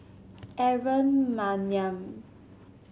Aaron Maniam